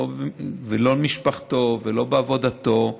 לא במשפחתו ולא בעבודתו.